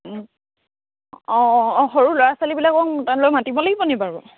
অঁ অঁ সৰু ল'ৰা ছোৱালীবিলাকক লৈ মাতিব লাগিবনি বাৰু